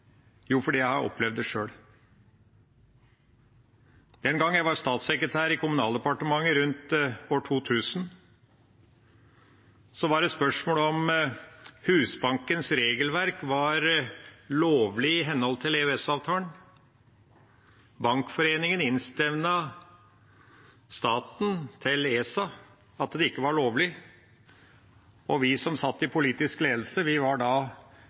Jo, fordi jeg har opplevd det sjøl. Den gangen jeg var statssekretær i Kommunaldepartementet, rundt år 2000, var det spørsmål om Husbankens regelverk var lovlig i henhold til EØS-avtalen. Bankforeningen innstevnet staten for ESA, at det ikke var lovlig, og vi som satt i politisk ledelse, var